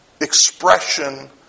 expression